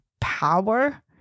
power